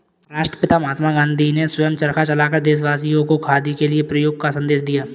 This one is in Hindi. राष्ट्रपिता महात्मा गांधी ने स्वयं चरखा चलाकर देशवासियों को खादी के प्रयोग का संदेश दिया